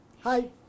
Hi